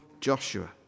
Joshua